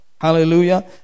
hallelujah